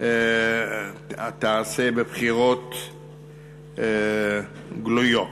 תיעשה בבחירות גלויות.